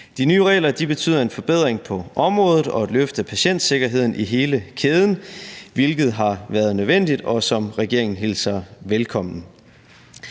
De nye regler betyder en forbedring på området og et løft af patientsikkerheden i hele kæden, hvilket har været nødvendigt. Det hilser regeringen velkommen.